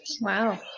Wow